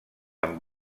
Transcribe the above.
amb